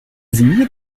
sie